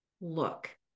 look